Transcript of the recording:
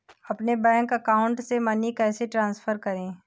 अपने bank account से money कैसे ट्रांसफर करें?